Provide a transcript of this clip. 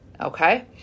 okay